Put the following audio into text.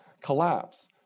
collapse